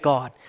God